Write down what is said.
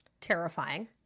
terrifying